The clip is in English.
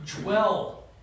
dwell